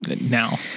now